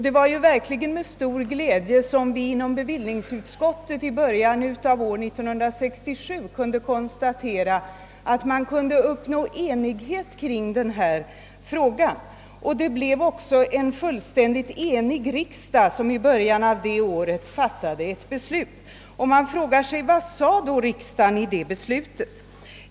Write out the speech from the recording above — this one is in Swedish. Det var verkligen med stor glädje som vi inom bevillningsutskottet i början av år 1967 kunde konstatera att enighet kunde upp nås kring denna fråga. En fullständigt enig riksdag fattade också i början av det året ett beslut. Vad var då innebörden i detta?